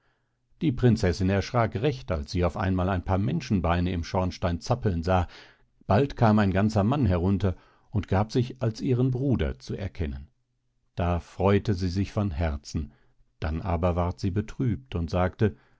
die prinzessin erschrak recht als sie auf einmal ein paar menschenbeine im schornstein zappeln sah bald kam ein ganzer mann herunter und gab sich als ihren bruder zu erkennen da freute sie sich von herzen dann aber ward sie betrübt und sagte